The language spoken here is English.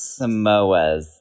Samoas